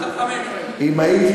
נעליך מעל רגליך.